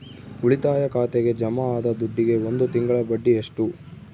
ಉಳಿತಾಯ ಖಾತೆಗೆ ಜಮಾ ಆದ ದುಡ್ಡಿಗೆ ಒಂದು ತಿಂಗಳ ಬಡ್ಡಿ ಎಷ್ಟು?